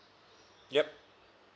yup